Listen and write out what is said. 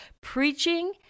preaching